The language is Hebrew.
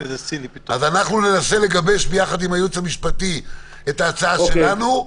אז אנחנו ננסה לגבש ביחד עם הייעוץ המשפטי את ההצעה שלנו,